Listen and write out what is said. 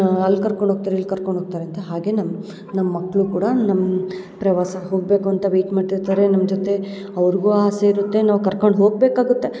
ಅಲ್ಲಿ ಕರ್ಕೊಂಡು ಹೋಗ್ತಾರೆ ಇಲ್ಲಿ ಕರ್ಕೊಂಡು ಹೋಗ್ತಾರೆ ಅಂತ ಹಾಗೇ ನಮ್ಮ ನಮ್ಮ ಮಕ್ಕಳು ಕೂಡ ನಮ್ಮ ಪ್ರವಾಸ ಹೋಗಬೇಕು ಅಂತ ವೇಟ್ ಮಾಡ್ತಾ ಇರ್ತಾರೆ ನಮ್ಮ ಜೊತೆ ಅವ್ರ್ಗು ಆಸೆ ಇರುತ್ತೆ ನಾವು ಕರ್ಕೊಂಡು ಹೋಗಬೇಕಾಗುತ್ತೆ